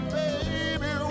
baby